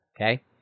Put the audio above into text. Okay